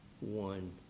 one